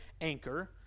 anchor